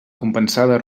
compensada